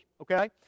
okay